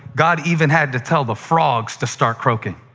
god even had to tell the frogs to start croaking.